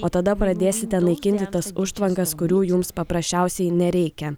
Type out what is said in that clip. o tada pradėsite naikinti tas užtvankas kurių jums paprasčiausiai nereikia